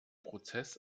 prozess